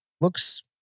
looks